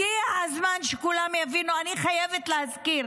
הגיע הזמן שכולם יבינו, אני חייבת להזכיר: